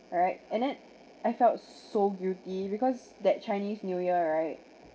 alright and then I felt so guilty because that chinese new year right